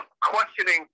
questioning